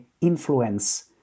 influence